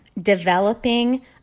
developing